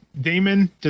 Damon